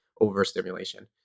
overstimulation